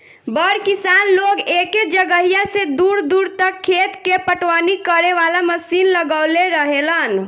बड़ किसान लोग एके जगहिया से दूर दूर तक खेत के पटवनी करे वाला मशीन लगवले रहेलन